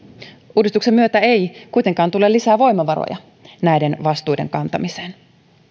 uudistuksen myötä ei kuitenkaan tule lisää voimavaroja näiden vastuiden kantamiseen